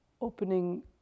opening